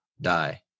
die